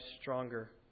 stronger